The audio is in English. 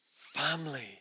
family